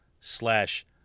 slash